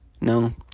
no